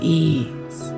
ease